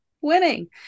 winning